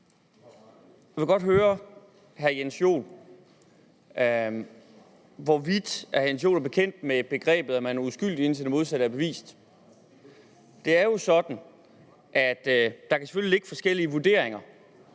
Jens Joel, hvorvidt hr. Jens Joel er bekendt med begrebet, at man er uskyldig, indtil det modsatte er bevist. Det er jo sådan, at der selvfølgelig kan ligge forskellige vurderinger,